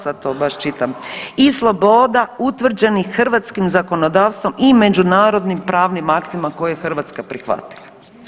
Sad to baš čitam i sloboda utvrđenih hrvatskim zakonodavstvom i međunarodnim pravnim aktima koje je Hrvatska prihvatila.